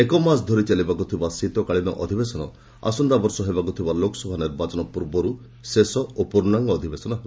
ଏକମାସ ଧରି ଚାଲିବାକୁ ଥିବା ଶୀତକାଳୀନ ଅଧିବେଶନ ଆସନ୍ତାବର୍ଷ ହେବାକୁଥିବା ଲୋକସଭା ନିର୍ବାଚନ ପୂର୍ବରୁ ଶେଷ ଓ ପୂର୍ଣ୍ଣାଙ୍ଗ ଅଧିବେଶନ ହେବ